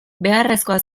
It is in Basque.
beharrezkoa